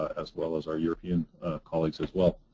as well as our european colleagues as well.